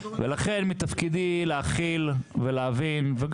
תדבר, אבל שניה רגע עידן.